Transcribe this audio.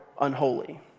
unholy